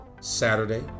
Saturday